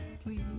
Please